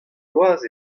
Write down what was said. bloaz